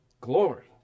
Glory